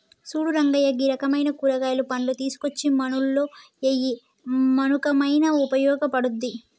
సూడు రంగయ్య గీ రకమైన కూరగాయలు, పండ్లు తీసుకోచ్చి మన్నులో ఎయ్యి మన్నుకయిన ఉపయోగ పడుతుంది